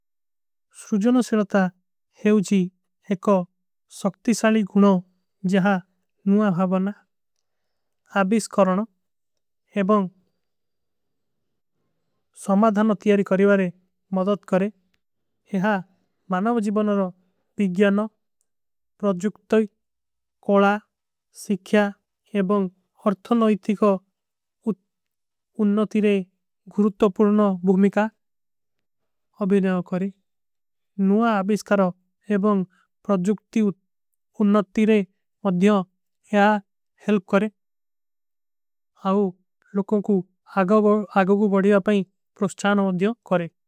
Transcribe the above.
ସୁଜନଶିଲତା ହେଵଜୀ ଏକ ସକ୍ତିସାଲୀ ଗୁଣୋଂ ଜେହା ନୂଆ ଭାଵନା। ଆବିଶକରଣ ଏବଂଗ ସମାଧାନ ତିଯାରୀ କରିଵାରେ ମଦଦ କରେ। ହେହା ମାନାଵଜୀବନର ପିଜ୍ଞାନ ପ୍ରଜୁକ୍ତ କୋଲା ସିଖ୍ଯା ଏବଂଗ। ହର୍ଥନାଇତୀ କୋ ଉନ୍ନତୀରେ ଘୁରୁତ ପୁର୍ଣ ଭୁମିକା। ଅବିନେଵ କରେ ନୂଆ ଆବିଶକରଣ ଏବଂଗ ପ୍ରଜୁକ୍ତି। ଉନ୍ନତୀରେ ମଦ୍ଯାଂ ହେହା ହେଲ୍ପ କରେ ଆଓ ଲୋକୋଂ କୋ। ଆଗୋ କୋ ବଡିଯା ପାଇଂ ପ୍ରସ୍ଚାନ ହୋ ଦିଯୋ କରେ।